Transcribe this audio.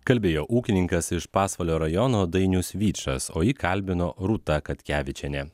kalbėjo ūkininkas iš pasvalio rajono dainius vyčas o jį kalbino rūta katkevičienė